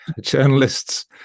journalists